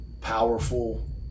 powerful